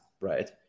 right